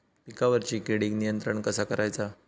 पिकावरची किडीक नियंत्रण कसा करायचा?